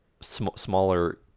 smaller